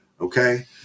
Okay